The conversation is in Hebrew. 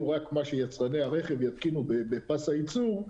רק מה שיצרני הרכב יתקינו בפס הייצור,